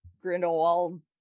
grindelwald